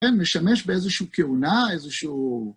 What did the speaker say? משמש באיזושהי כהונה, איזשהו...